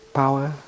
power